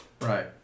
Right